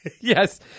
Yes